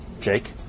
Jake